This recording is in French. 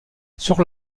sur